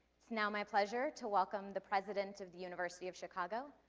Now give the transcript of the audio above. it's now my pleasure to welcome the president of the university of chicago,